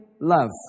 love